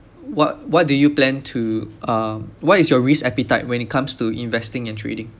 what what do you plan to uh what is your risk appetite when it comes to investing and trading